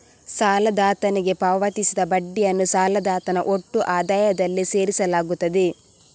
ಸಾಲದಾತನಿಗೆ ಪಾವತಿಸಿದ ಬಡ್ಡಿಯನ್ನು ಸಾಲದಾತನ ಒಟ್ಟು ಆದಾಯದಲ್ಲಿ ಸೇರಿಸಲಾಗುತ್ತದೆ